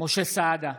משה סעדה,